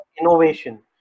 innovation